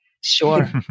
Sure